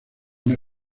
una